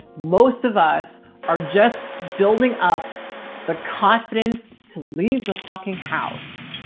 most of us are just building up the confidence to leave the fucking house,